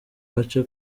gace